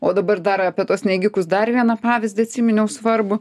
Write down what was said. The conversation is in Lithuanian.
o dabar dar apie tuos neigikus dar vieną pavyzdį atsiminiau svarbų